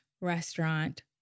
restaurant